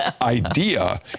idea